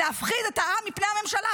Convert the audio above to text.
להפחיד את העם מפני הממשלה.